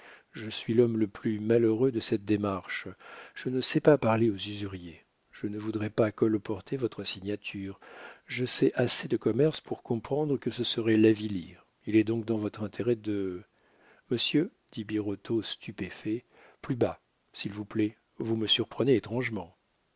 je suis l'homme le plus malheureux de cette démarche mais je ne sais pas parler aux usuriers je ne voudrais pas colporter votre signature je sais assez de commerce pour comprendre que ce serait l'avilir il est donc dans votre intérêt de monsieur dit birotteau stupéfait plus bas s'il vous plaît vous me surprenez étrangement